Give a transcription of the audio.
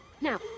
Now